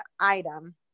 item